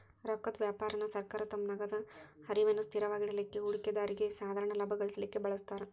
ರೊಕ್ಕದ್ ವ್ಯಾಪಾರಾನ ಸರ್ಕಾರ ತಮ್ಮ ನಗದ ಹರಿವನ್ನ ಸ್ಥಿರವಾಗಿಡಲಿಕ್ಕೆ, ಹೂಡಿಕೆದಾರ್ರಿಗೆ ಸಾಧಾರಣ ಲಾಭಾ ಗಳಿಸಲಿಕ್ಕೆ ಬಳಸ್ತಾರ್